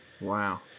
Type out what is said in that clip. Wow